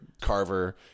Carver